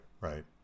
Right